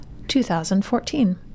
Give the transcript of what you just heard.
2014